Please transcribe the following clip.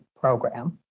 program